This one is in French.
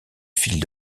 fil